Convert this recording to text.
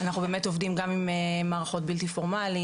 אנחנו באמת עובדים גם עם מערכות בלתי פורמליים